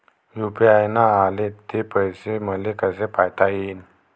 UPI न आले ते पैसे मले कसे पायता येईन?